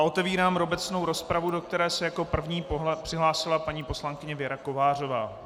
Otevírám obecnou rozpravu, do které se jako první přihlásila paní poslankyně Věra Kovářová.